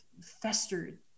festered